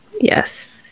Yes